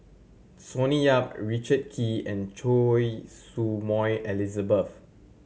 Sonny Yap Richard Kee and Choy Su Moi Elizabeth